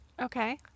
okay